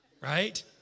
right